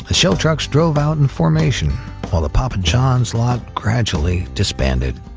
ah show trucks drove out in formation while the papa john's lot gradually disbanded.